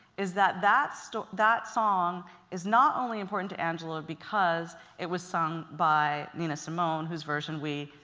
is that, that so that song is not only important to angela because it was sung by nina simone, whose version we,